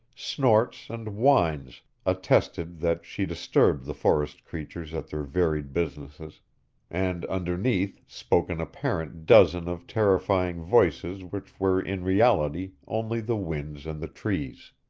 snorts, and whines attested that she disturbed the forest creatures at their varied businesses and underneath spoke an apparent dozen of terrifying voices which were in reality only the winds and the trees.